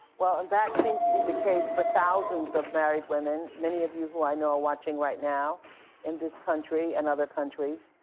well, that seems to be the case for thousands of married women, many of you who i know are watching right now in this country and other countries,